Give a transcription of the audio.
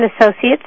Associates